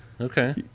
okay